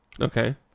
okay